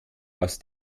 aus